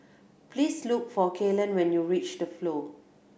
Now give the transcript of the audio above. please look for Kaylen when you reach The Flow